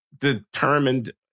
determined